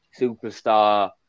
superstar